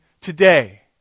today